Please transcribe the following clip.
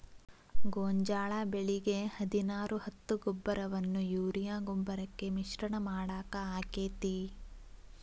ಗೋಂಜಾಳ ಬೆಳಿಗೆ ಹದಿನಾರು ಹತ್ತು ಗೊಬ್ಬರವನ್ನು ಯೂರಿಯಾ ಗೊಬ್ಬರಕ್ಕೆ ಮಿಶ್ರಣ ಮಾಡಾಕ ಆಕ್ಕೆತಿ?